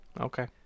Okay